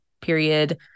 period